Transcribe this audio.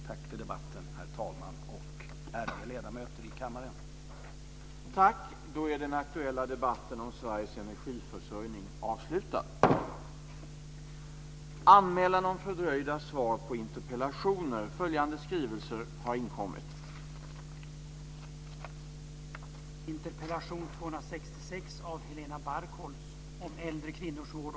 Tack för debatten, herr talman och ärade ledamöter i kammaren!